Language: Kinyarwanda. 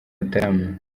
mutarama